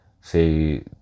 say